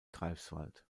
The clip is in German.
greifswald